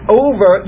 over